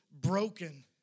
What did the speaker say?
broken